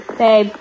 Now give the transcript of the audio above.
babe